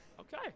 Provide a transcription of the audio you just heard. Okay